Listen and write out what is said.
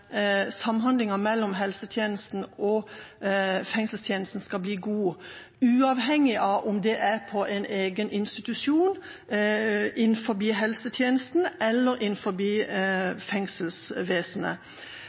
samhandlinga mellom helsetjenesten og fengselstjenesten skal bli god, uavhengig av om det er på en egen institusjon, innenfor helsetjenesten eller innenfor fengselsvesenet.